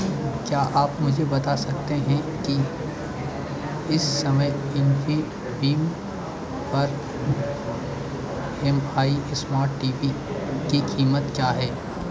क्या आप मुझे बता सकते हैं कि इस समय इन्फीबीम पर M I smart T V की कीमत क्या है